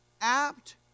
apt